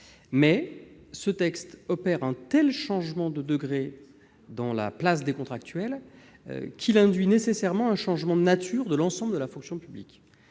il tend à opérer un tel changement de degré dans la place des contractuels qu'il induit nécessairement un changement de nature de l'ensemble de la fonction publique.